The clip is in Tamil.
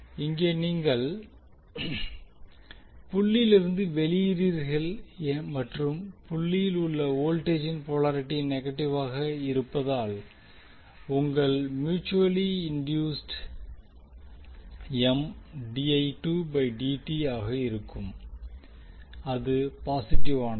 இங்கே நீங்கள் புள்ளியிலிருந்து வெளியேறுகிறீர்கள் மற்றும் புள்ளியில் உள்ள வோல்டேஜின் போலாரிட்டி நெகட்டிவாக இருப்பதால் உங்கள் மியூட்சுவலி இண்டியூஸ்ட் ஆக இருக்கும் இது பாசிட்டிவானது